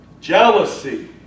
Jealousy